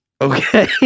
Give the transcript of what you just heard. Okay